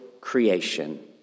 creation